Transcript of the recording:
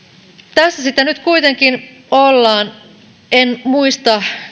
tässä sitä nyt kuitenkin ollaan en muista